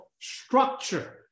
structure